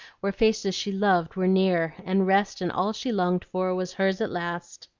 where faces she loved were near, and rest, and all she longed for was hers at last.